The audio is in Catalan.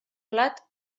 plat